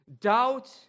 Doubt